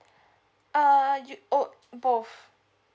uh you oh both